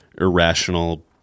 irrational